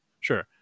sure